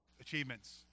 achievements